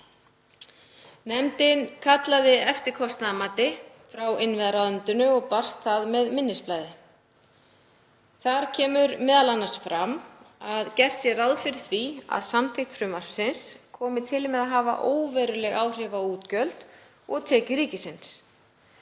Nefndin kallaði eftir kostnaðarmati frá innviðaráðuneytinu og barst það með minnisblaði. Þar kemur m.a. fram að gert sé ráð fyrir því að samþykkt frumvarpsins komi til með að hafa óveruleg áhrif á útgjöld og tekjur ríkisins.